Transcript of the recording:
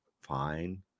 fine